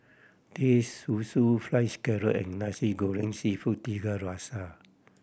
Teh Susu Fried Scallop and Nasi Goreng Seafood Tiga Rasa